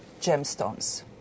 gemstones